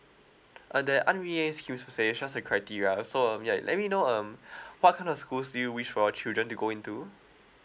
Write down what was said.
uh there aren't really excuse to say just the criteria so um ya let me know um what kind of schools do you wish for your children to go into